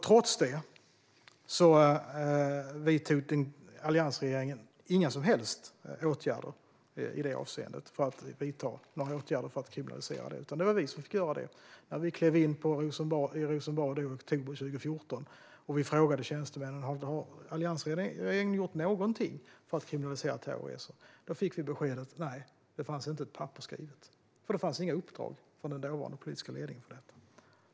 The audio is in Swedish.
Trots det vidtog alliansregeringen inga som helst åtgärder för att kriminalisera detta. Det var i stället vi som fick göra det. När vi klev in på Rosenbad i oktober 2014 och frågade tjänstemännen om alliansregeringen gjort någonting för att kriminalisera terrorresor fick vi beskedet att det inte fanns ett enda papper skrivet. Det fanns inga uppdrag från den dåvarande politiska ledningen.